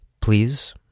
Please